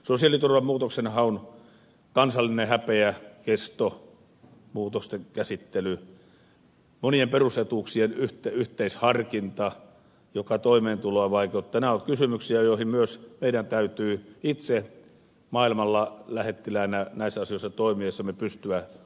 sosiaaliturvan muutoksenhaun kansallinen häpeä kesto muutosten käsittely monien perusetuuksien yhteisharkinta joka toimeentuloa vaikeuttaa nämä ovat kysymyksiä jotka myös meidän täytyy itse maailmalla lähettiläänä näissä asioissa toimiessamme pystyä kotipesällä hoitamaan kuntoon